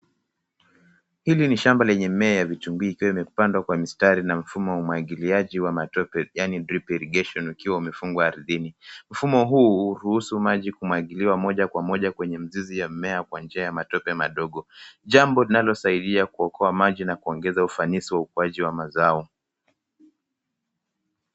Hili ni shamba lenye mimea ya vitunguu ikiwa imepandwa kwa mstari na mfumo wa umwagiliaji wa matope yaani drip irrigation ukiwa umefungwa ardhini .Mfumo huhusu maji kumwagiliwa maji moja Kwa moja kwenye mzizi wa mimea kwa njia ya matope kadogo. Jambo linalosaidia kuokoa maji na ufanisi wa ukuaji wa mazao.